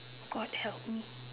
God help me